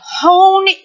hone